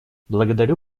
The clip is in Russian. благодарю